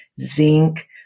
zinc